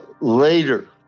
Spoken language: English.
later